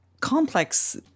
complex